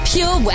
Pure